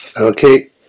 Okay